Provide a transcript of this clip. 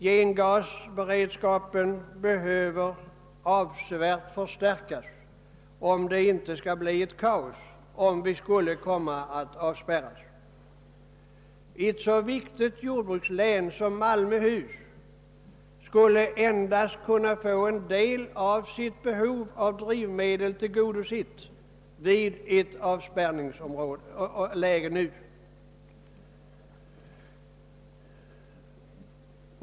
Gengasberedskapen behöver avsevärt förstärkas om det inte skall bli kaos i händelse av avspärrning. Ett då viktigt jordbrukslän som Malmöhus län skulle för närvarande endast kunna få en del av sitt drivmedelsbehov tillgodosett i ett avspärrningsläge.